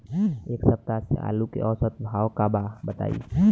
एक सप्ताह से आलू के औसत भाव का बा बताई?